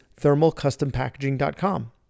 ThermalCustomPackaging.com